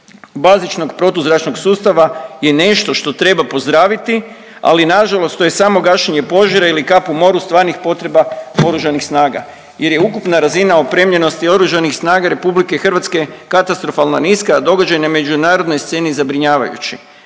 bazičnog protuzračnog sustava je nešto što treba pozdraviti ali na žalost to je samo gašenje požara ili kap u moru stvarnih potreba oružanih snaga jer je ukupna razina opremljenosti oružanih snaga RH katastrofalno niska, a događaji na međunarodnoj sceni zabrinjavajući.